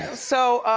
so,